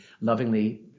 lovingly